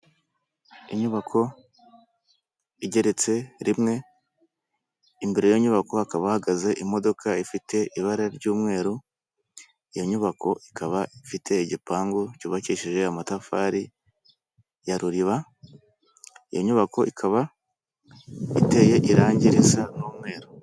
Inyubako igeretse rimwe imbere y'iyo nyubako hakaba hahagaze imodoka ifite ibara ry'umweru, iyo nyubako ikaba ifite igipangu cyubakishije amatafari ya ruriba, iyo nyubako ikaba iteye irange risa n'umweru.